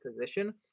position